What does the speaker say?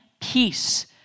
peace